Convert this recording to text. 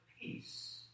peace